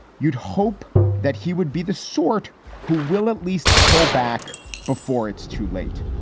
you'd hope that he would be the sort who will at least pull back before it's too late.